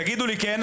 שאם יאמרו לו כן,